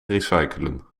recyclen